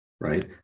right